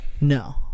No